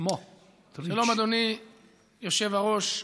אדוני היושב-ראש.